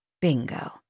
Bingo